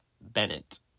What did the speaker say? Bennett